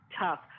tough